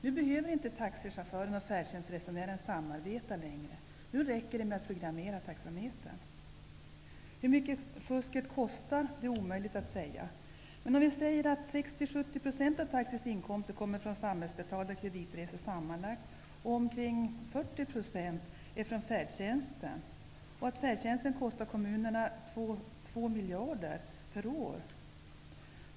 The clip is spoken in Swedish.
Nu behöver inte taxichaufförerna och färdtjänstresenärerna samarbeta längre. Nu räcker det med att programmera taxametern. Hur mycket fusket kostar är omöjligt att säga. Låt oss säga att 60--70 % av taxis inkomster kommer från samhällsbetalda kreditresor sammanlagt och omkring 40 % är från färdtjänsten och att färdtjänsten kostar kommunerna 2 miljarder per år.